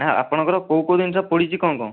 ନାଁ ଆପଣଙ୍କର କୋଉ କୋଉ ଜିନିଷ ପୁଡ଼ିଛି କଣ କଣ